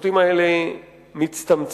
והשירותים האלה מצטמצמים.